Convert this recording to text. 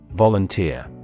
Volunteer